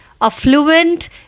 affluent